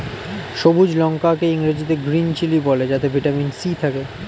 সবুজ লঙ্কা কে ইংরেজিতে গ্রীন চিলি বলে যাতে ভিটামিন সি থাকে